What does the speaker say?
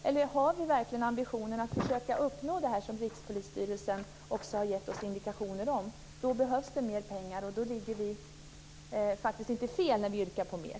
Eller har vi ambitionen att försöka uppnå det som Rikspolisstyrelsen har gett oss indikationer om? Då behövs det mer pengar. Då ligger vi inte fel när vi yrkar på mer.